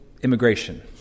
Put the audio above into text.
immigration